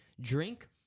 Drink